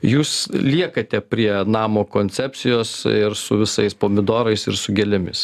jūs liekate prie namo koncepcijos ir su visais pomidorais ir su gėlėmis